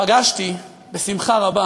פגשתי בשמחה רבה